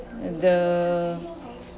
the